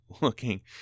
looking